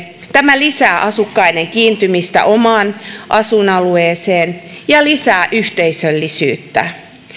tämä lisää asukkaiden kiintymistä omaan asuinalueeseen ja lisää yhteisöllisyyttä